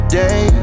day